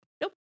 Nope